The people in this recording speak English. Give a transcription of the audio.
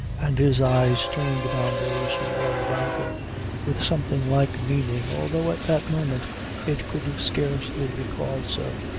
and his eyes turned upon those who were about him with something like meaning, although at that moment it could scarcely be called so.